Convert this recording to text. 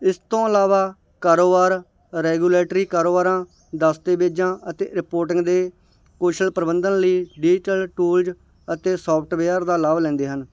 ਇਸ ਤੋਂ ਇਲਾਵਾ ਕਾਰੋਬਾਰ ਰੈਗੂਲੇਟਰੀ ਕਾਰੋਬਾਰਾਂ ਦਸਤੇਵੇਜ਼ਾਂ ਅਤੇ ਰਿਪੋਰਟਿੰਗ ਦੇ ਕੁਸ਼ਲ ਪ੍ਰਬੰਧਨ ਲਈ ਡਿਜ਼ੀਟਲ ਟੂਲਜ ਅਤੇ ਸੋਫਟਵੇਅਰ ਦਾ ਲਾਭ ਲੈਂਦੇ ਹਨ